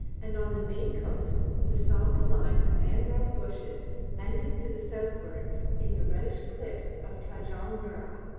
and on the main coast the sombre line of mangrove bushes ended to the southward in the reddish cliffs of tanjong mirrah,